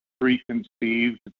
preconceived